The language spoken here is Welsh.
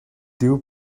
dyw